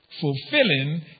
fulfilling